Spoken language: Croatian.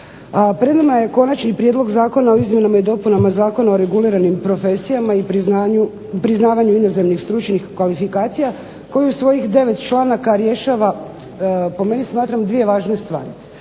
Pred nama je Konačni prijedlog zakona o izmjenama i dopunama Zakona o reguliranim profesijama i priznavanju inozemnih stručnih kvalifikacija koji u svojih devet članaka rješava po meni smatram